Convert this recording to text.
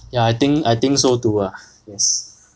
ya I think I think so too lah yes